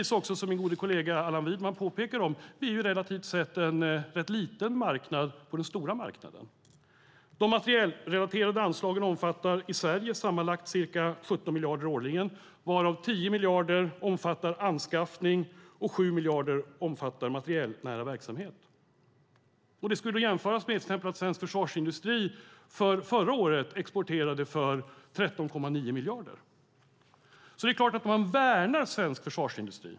Som Allan Widman påpekade är vi en relativt liten marknad på den stora marknaden. De materielrelaterade anslagen omfattar i Sverige sammanlagt ca 17 miljarder årligen, varav 10 miljarder är anskaffning och 7 miljarder materielnära verksamhet. Det kan jämföras med att svensk försvarsindustri förra året exporterade för 13,9 miljarder. Det är klart att man värnar svensk försvarsindustri.